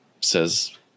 says